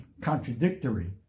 contradictory